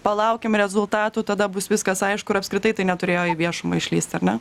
palaukim rezultatų tada bus viskas aišku ir apskritai tai neturėjo į viešumą išlįsti ar ne